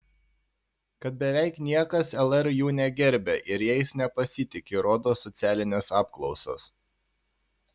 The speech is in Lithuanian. kad beveik niekas lr jų negerbia ir jais nepasitiki rodo socialinės apklausos